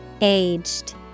Aged